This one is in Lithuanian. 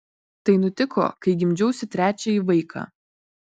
tai nutiko kai gimdžiausi trečiąjį vaiką